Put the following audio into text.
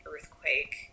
earthquake